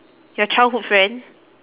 your childhood friend